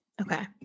Okay